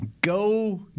Go